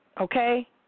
okay